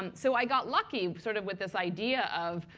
um so i got lucky sort of with this idea of,